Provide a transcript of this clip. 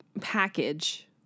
package